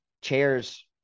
chairs